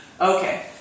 Okay